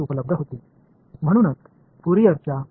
எனவே பல கருவிகள் மற்றும் நுட்பங்கள் கிடைத்தன